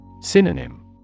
Synonym